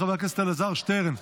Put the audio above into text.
חבר הכנסת אלעזר שטרן,